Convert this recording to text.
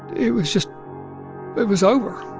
it was just it was over